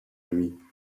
nuit